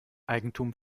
eigentum